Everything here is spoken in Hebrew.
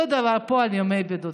אותו דבר פה על ימי בידוד.